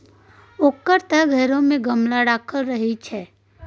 ओकर त घरो मे गमला राखल रहय छै